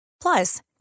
Plus